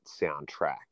soundtrack